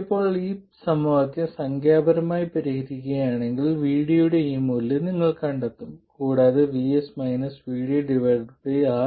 ഇപ്പോൾ നിങ്ങൾ ഈ സമവാക്യം സംഖ്യാപരമായി പരിഹരിക്കുകയാണെങ്കിൽ VD യുടെ ഈ മൂല്യം നിങ്ങൾ കണ്ടെത്തും കൂടാതെ